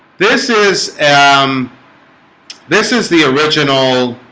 this is and um this is the original